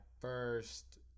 first